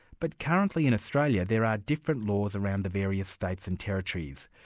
but currently in australia there are different laws around the various states and territories.